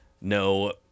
no